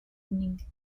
evening